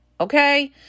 okay